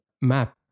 map